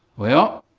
well,